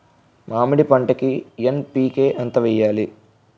మామిడి పంటకి ఎన్.పీ.కే ఎంత వెయ్యాలి?